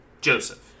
Joseph